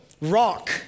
rock